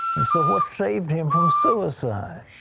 and so what saved him from suicide.